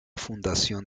fundación